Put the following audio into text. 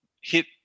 hit